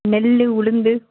நெல் உளுந்து